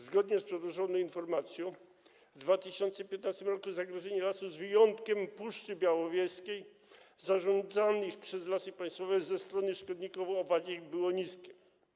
Zgodnie z przedłożoną informacją w 2015 r. zagrożenie lasów, z wyjątkiem Puszczy Białowieskiej, zarządzanych przez Lasy Państwowe ze strony szkodników owadzich było niskie.